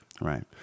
Right